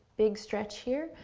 big stretch here,